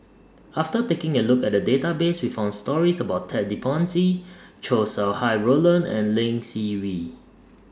after taking A Look At The Database We found stories about Ted De Ponti Chow Sau Hai Roland and Lee Seng Wee